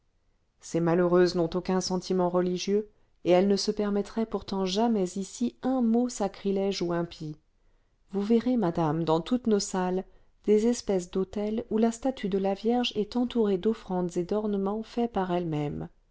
ces malheureuses n'ont aucun sentiment religieux et elles ne se permettraient pourtant jamais ici un mot sacrilège ou impie vous verrez madame dans toutes nos salles des espèces d'autels où la statue de la vierge est entourée d'offrandes et d'ornements faits par elles-mêmes